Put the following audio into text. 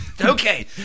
Okay